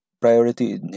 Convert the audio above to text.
priority